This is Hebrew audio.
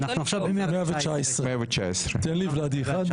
הצבעה בעד,